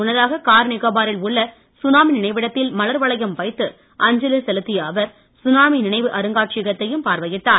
முன்னதாக கார்நிக்கோபாரில் உள்ள சுனாமி நினைவிடத்தில் மலர் வளையம் வைத்து அஞ்சலி செலுத்திய அவர் சுனாமி நினைவு அருங்காட்சியகத்தையும் பார்வையிட்டார்